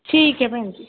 ਠੀਕ ਹੈ ਭੈਣ ਜੀ